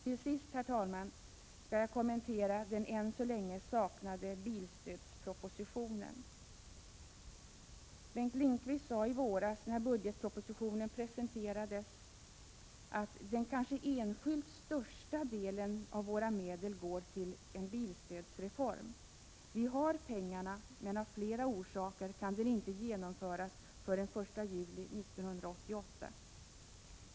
Till sist, herr talman, skall jag kommentera den än så länge saknade bilstödspropositionen. Bengt Lindqvist sade i våras när budgetpropositionen presenterades att ”den kanske enskilt största delen av våra medel går till en bilstödsreform. Vi har pengarna men av flera orsaker kan den inte genomföras förrän 1 juli 1988.